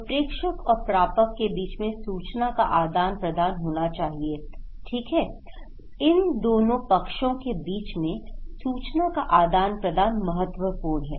तो प्रेषक और प्रापक के बीच में सूचना का आदान प्रदान होना चाहिए ठीक है इन दोनों पक्षों के बीच में सूचना का आदान प्रदान महत्वपूर्ण है